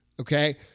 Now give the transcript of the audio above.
okay